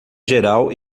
geral